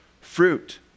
fruit